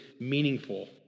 meaningful